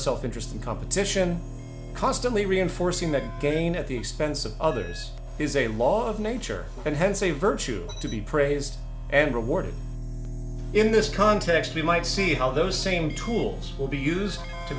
self interest and competition constantly reinforcing that gain at the expense of others is a law of nature and hence a virtue to be praised and rewarded in this context we might see how those same tools will be used to